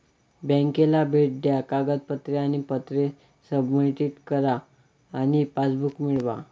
बँकेला भेट द्या कागदपत्रे आणि पत्रे सबमिट करा आणि पासबुक मिळवा